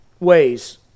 ways